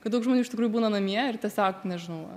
kad daug žmonių iš tikrųjų būna namie ir tiesiog nežinau